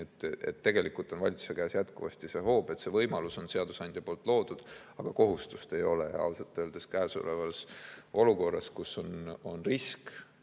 et tegelikult on valitsuse käes jätkuvasti see hoob. See võimalus on seadusandja poolt loodud, aga kohustust ei ole. Ja ausalt öeldes käesolevas olukorras, kus on risk,